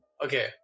Okay